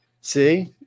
See